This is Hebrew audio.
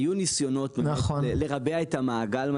היו ניסיונות לרבע את המעגל.